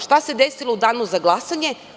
Šta se desilo u danu za glasanje?